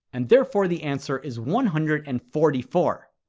and therefore the answer is one hundred and forty four.